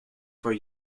for